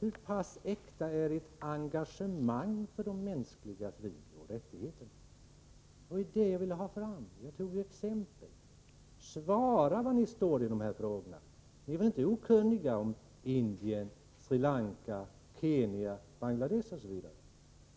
Hur pass äkta är ert engagemang för de mänskliga frioch rättigheterna? Det var detta jag ville ha fram, och jag tog ju upp exempel. Svara på var ni står i dessa frågor. Ni är väl inte okunniga om Indien, Sri Lanka, Kenya, Bangladesh, osv.